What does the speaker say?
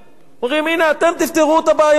אומרים: הנה, אתם תפתרו את הבעיות.